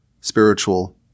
spiritual